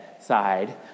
side